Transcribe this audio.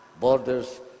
Borders